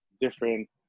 different